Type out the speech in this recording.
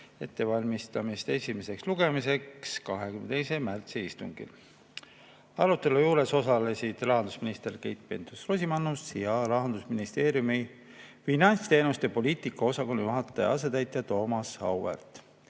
ettevalmistamist esimeseks lugemiseks 22. märtsi istungil. Arutelul osalesid rahandusminister Keit Pentus-Rosimannus ja Rahandusministeeriumi finantsteenuste poliitika osakonna juhataja asetäitja Thomas